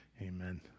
Amen